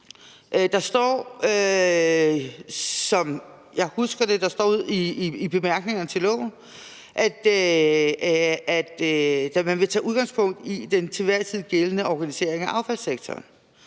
med. Som jeg husker det, står der i bemærkningerne til lovforslaget, at man vil tage udgangspunkt i den til enhver tid gældende organisering af affaldssektoren.